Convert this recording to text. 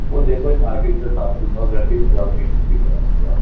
उहो जेको ई मार्केट जो स्टाफ़ ईंदो आहे घटि ई हूंदो आहे कोई वधीक न हूंदो आहे